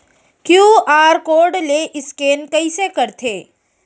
QR code ले scan कइसे करथे?